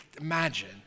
imagine